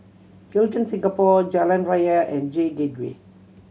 Hilton Singapore Jalan Raya and J Gateway